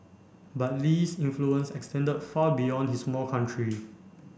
but Lee's influence extended far beyond his small country